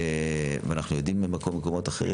ואנחנו יודעים ממקומות אחרים.